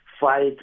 fight